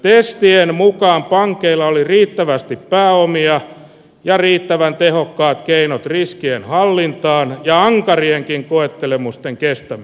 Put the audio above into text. reseptien mukaan pankeilla oli riittävästi pääomia ja riittävän tehokkaat keinot riskienhallintaan ja ankarienkin koettelemusten kestää